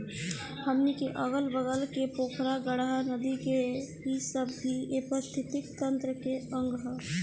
हमनी के अगल बगल के पोखरा, गाड़हा, नदी इ सब भी ए पारिस्थिथितिकी तंत्र के अंग ह